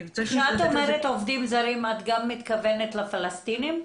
כשאת אומרת עובדים זרים את גם מתכוונת לפלסטינים?